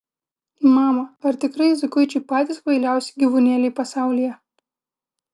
mama ar tikrai zuikučiai patys kvailiausi gyvūnėliai pasaulyje